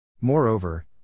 Moreover